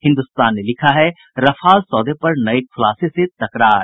हिन्दुस्तान ने लिखा है रफाल सौदे पर नये खुलासे से तकरार